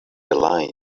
alive